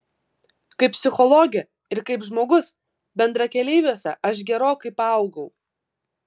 kaip psichologė ir kaip žmogus bendrakeleiviuose aš gerokai paaugau